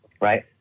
right